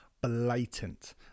blatant